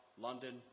London